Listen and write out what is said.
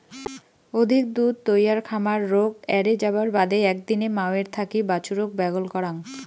অধিক দুধ তৈয়ার খামার রোগ এ্যারে যাবার বাদে একদিনে মাওয়ের থাকি বাছুরক ব্যাগল করাং